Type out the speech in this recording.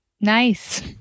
Nice